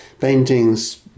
Paintings